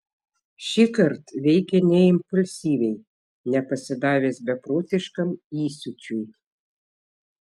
šįkart veikė ne impulsyviai ne pasidavęs beprotiškam įsiūčiui